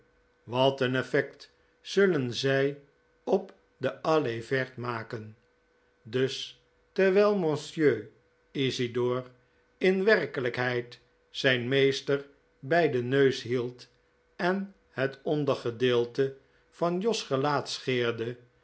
wat een effect zullen zij op de allee verte maken dus terwijl monsieur isidor in werkelijkheid zijn meester bij den neus hield en het ondergedeelte van jos gelaat